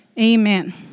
Amen